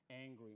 angry